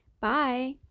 Bye